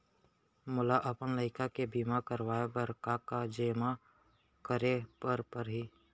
मोला अपन लइका के बीमा करवाए बर का का जेमा करे ल परही?